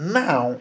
now